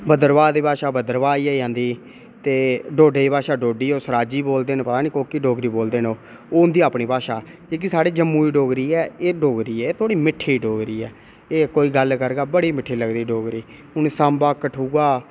भद्रवाह् दी भाशा भद्रवाही आई जंदी ते डोडे दी भाशा डोडी बोलदे ओह् सराजी बोलदे ओह्की डोगरी बोलदे न ओह् ओह् उं'दी अपनी भाशा ऐ जेह्की साढ़े जम्मू दी डोगरी ऐ एह् डोगरी ऐ एह् थोड़ी मिट्ठी डोगरी ऐ एह् कोई गल्ल बड़ी मिट्ठी लगदी हून सांबा कठुआ